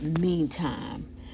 meantime